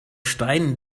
stein